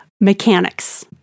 mechanics